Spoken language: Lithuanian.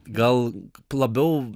gal labiau